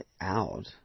out